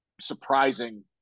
surprising